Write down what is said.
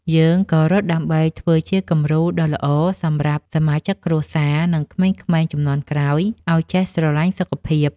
យើងក៏រត់ដើម្បីធ្វើជាគំរូដ៏ល្អសម្រាប់សមាជិកគ្រួសារ និងក្មេងៗជំនាន់ក្រោយឱ្យចេះស្រឡាញ់សុខភាព។